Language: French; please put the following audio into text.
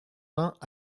vingt